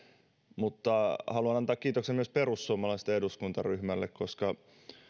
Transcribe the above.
mutta haluan antaa kiitoksen myös perussuomalaisten eduskuntaryhmälle koska